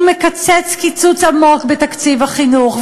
הוא מקצץ קיצוץ עמוק בתקציב החינוך.